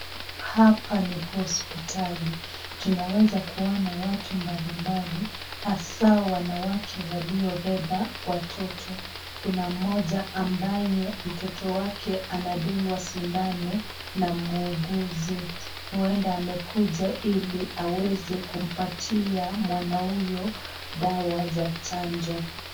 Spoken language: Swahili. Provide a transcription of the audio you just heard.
Hapa ni hospitali tunaweza kuona watu mbali mbali hasa wanawake waliobeba watoto, kuna moja ambaye mtoto wake anadungwa sindano na muuguzi, huenda amekuja ili aweze kumpatia mwana huyo dawa za chanjo.